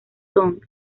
son